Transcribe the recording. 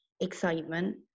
excitement